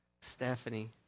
Stephanie